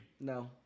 No